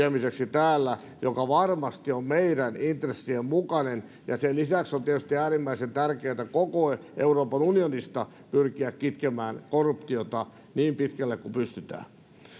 täällä joka varmasti on meidän intressien mukainen sen lisäksi on tietysti äärimmäisen tärkeätä koko euroopan unionista pyrkiä kitkemään korruptiota niin pitkälle kuin pystytään